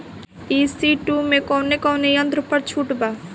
ई.सी टू मै कौने कौने यंत्र पर छुट बा?